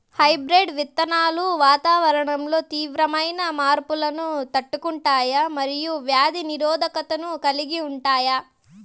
hybrid విత్తనాలు వాతావరణంలో తీవ్రమైన మార్పులను తట్టుకుంటాయి మరియు వ్యాధి నిరోధకతను కలిగి ఉంటాయి